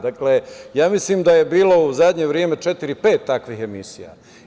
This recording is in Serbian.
Dakle, ja mislim da je bilo u zadnje vreme četiri, pet takvih emisija.